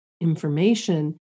information